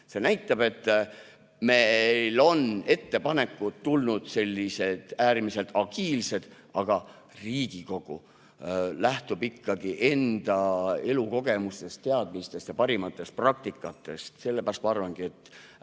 See näitab, et meil on ettepanekud tulnud äärmiselt agiilsed, aga Riigikogu lähtub ikkagi enda elukogemusest, teadmistest ja parimatest praktikatest. Sellepärast ma arvangi, et